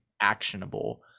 actionable